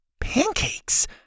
Pancakes